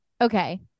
okay